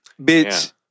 bitch